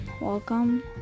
welcome